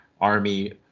army